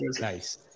nice